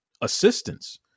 assistance